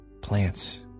plants